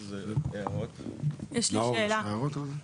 יש לי שאלה.